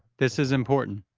this is important.